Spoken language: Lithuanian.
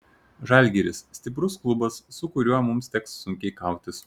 žalgiris stiprus klubas su kuriuo mums teks sunkiai kautis